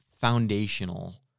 foundational